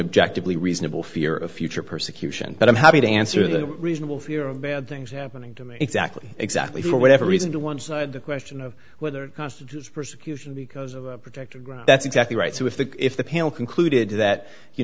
object to be reasonable fear of future persecution but i'm happy to answer that reasonable fear of bad things happening to me it's actually exactly for whatever reason to one side the question of whether constitutes persecution because of protector that's exactly right so if the if the panel concluded that you